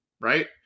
right